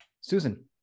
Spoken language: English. susan